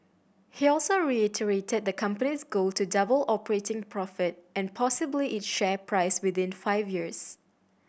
he also reiterated the company's goal to double operating profit and possibly its share price within five years